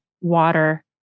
water